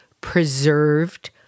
preserved